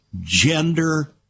gender